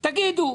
תגידו: